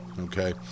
Okay